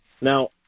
Now